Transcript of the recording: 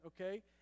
okay